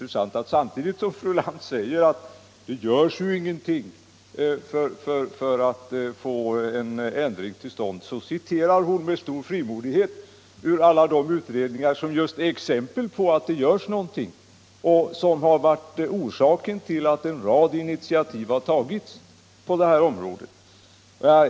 Samtidigt som fru Lantz säger att det inte görs någonting för att få en ändring till stånd, citerar hon med stor frimodighet alla de utredningar som just är exempel på att det görs någonting och som varit orsaken till att en rad initiativ har tagits på det här området.